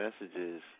messages